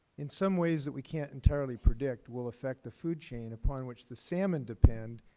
in some ways that we can't entirely predict will affect the food chain upon which the salmon depend,